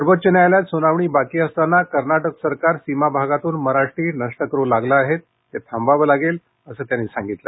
सर्वोच्च न्यायालयात सुनावणी बाकी असताना कर्नाटक सरकार सीमा भागातून मराठी नष्ट करू लागलं आहे ते थांबवावं लागेल असं मुख्यमंत्री त्यांनी सांगितलं